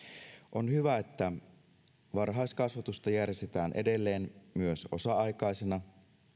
on hyvä että varhaiskasvatusta järjestetään edelleen myös osa aikaisena